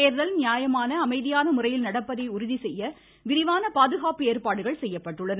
தேர்தல் நியாயமான அமைதியான முறையில் நடப்பதை உறுதி செய்ய விரிவான பாதுகாப்பு ஏற்பாடுகள் செய்யப்பட்டுள்ளன